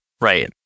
Right